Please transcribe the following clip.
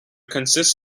consists